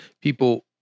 people